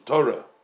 Torah